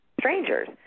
strangers